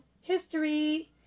History